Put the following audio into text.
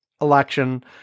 election